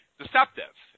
deceptive